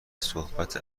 صحبت